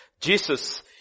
Jesus